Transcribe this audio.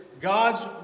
God's